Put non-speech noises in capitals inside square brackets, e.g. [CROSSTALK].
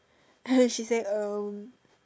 [NOISE] she say um